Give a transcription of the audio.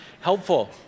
helpful